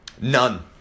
none